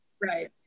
right